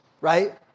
right